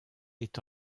est